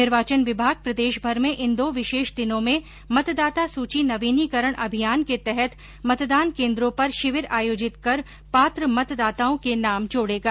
निर्वाचन विभाग प्रदेशभर में इन दो विशेष दिनों में मतदाता सूची नवीनीकरण अभियान के तहत मतदान केन्द्रों पर शिविर आयोजित कर पात्र मतदाताओं के नाम जोड़ेगा